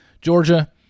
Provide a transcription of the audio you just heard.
Georgia